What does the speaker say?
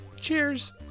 Cheers